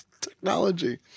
technology